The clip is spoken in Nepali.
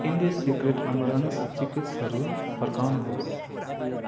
इन्डिसिक्रेट्स अमरन्थ चिक्कीहरू फर्काउनुहोस्